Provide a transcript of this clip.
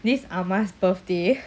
this ahma's birthday